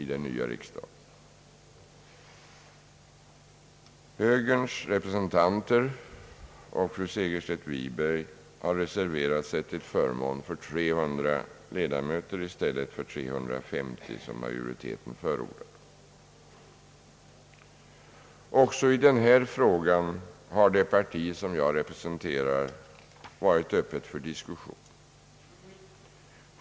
I konstitutionsutskottet har högerns representanter och en representant för folkpartiet reserverat sig till förmån för 300 ledamöter i stället för 350 som majoriteten förordar. Även i denna fråga har det parti jag representerar varit öppet för diskussioner.